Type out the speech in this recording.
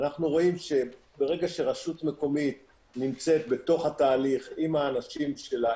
אנחנו רואים שברגע שרשות מקומית נמצאת בתוך התהליך עם האנשים שלה,